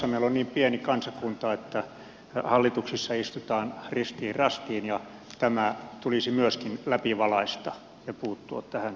meillä on niin pieni kansakunta että hallituksissa istutaan ristiin rastiin ja tämä tulisi myöskin läpivalaista ja puuttua tähän ongelmaan